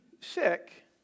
sick